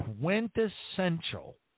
quintessential